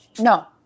No